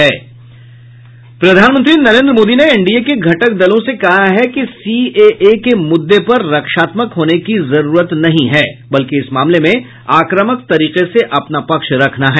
प्रधानमंत्री नरेंद्र मोदी ने एनडीए के घटक दलों से कहा है कि सीएए के मुद्दे पर रक्षात्मक होने की जरूरत नहीं है बल्कि इस मामले में अक्रामक तरीके से अपना पक्ष रखना है